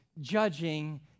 judging